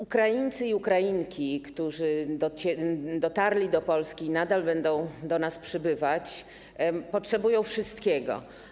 Ukraińcy i Ukrainki, którzy dotarli do Polski i nadal będą do nas przybywać, potrzebują wszystkiego.